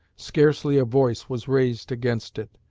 scarcely a voice was raised against it,